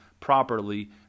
properly